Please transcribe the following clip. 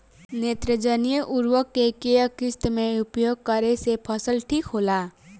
नेत्रजनीय उर्वरक के केय किस्त मे उपयोग करे से फसल ठीक होला?